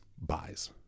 buys